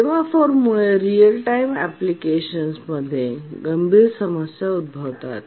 सेमॅफोरमुळे real time एप्लिकेशन्समध्ये गंभीर समस्या उद्भवतात